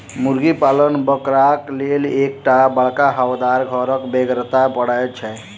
मुर्गी पालन करबाक लेल एक टा बड़का हवादार घरक बेगरता पड़ैत छै